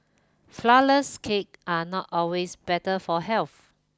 flourless cakes are not always better for health